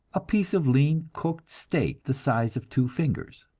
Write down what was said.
a piece of lean cooked steak the size of two fingers,